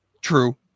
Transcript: True